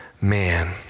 Man